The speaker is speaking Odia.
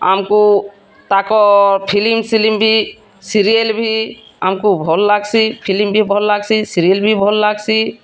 ଆମକୁ ତାକର୍ ଫିଲିମ୍ ସିଲିମ୍ ବି ସିରିଏଲ୍ ଭି ଆମକୁ ଭଲ୍ ଲାଗସି ଫିଲ୍ମ ବି ଭଲ୍ ଲାଗସି ସିରିଏଲ୍ ଭି ଭଲ୍ ଲାଗସି